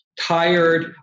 tired